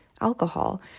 alcohol